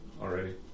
already